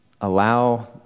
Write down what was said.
allow